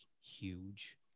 huge